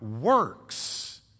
works